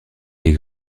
des